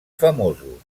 famosos